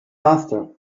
after